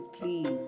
please